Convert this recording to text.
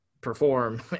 perform